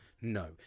No